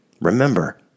Remember